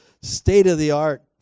state-of-the-art